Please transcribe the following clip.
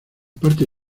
parte